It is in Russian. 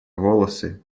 волосы